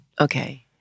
Okay